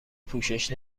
پوشش